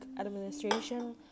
administration